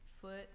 foot